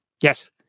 Yes